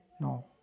no